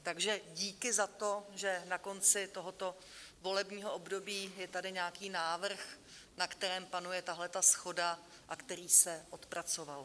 Takže díky za to, že na konci tohoto volebního období je tady nějaký návrh, na kterém panuje tahle shoda a který se odpracoval.